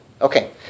okay